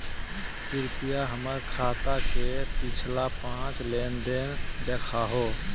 कृपया हमर खाता के पिछला पांच लेनदेन देखाहो